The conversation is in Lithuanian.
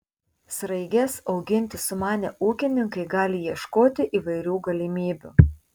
sraiges auginti sumanę ūkininkai gali ieškoti įvairių galimybių